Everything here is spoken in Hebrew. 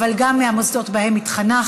אבל גם מהמוסדות שבהם התחנכתי.